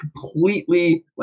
completely